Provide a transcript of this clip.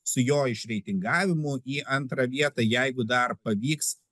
su jo išreitingavimu į antrą vietą jeigu dar pavyks